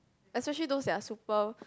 especially those are super